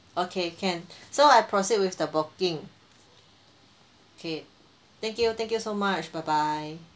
okay can so I proceed with the booking okay thank you thank you so much bye bye